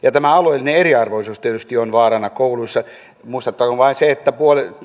tämä alueellinen eriarvoisuus tietysti on vaarana kouluissa muistettakoon vain se että